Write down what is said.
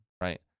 right